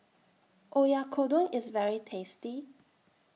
Oyakodon IS very tasty